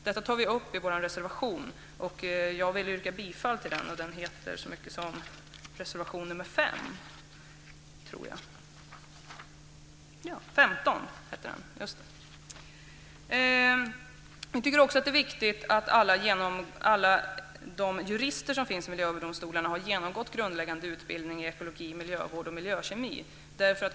Detta tar vi upp i vår reservation, det är reservation 15. Det är också viktigt att alla de jurister som finns i Miljööverdomstolen har genomgått grundläggande utbildning i ekologi, miljövård och miljökemi.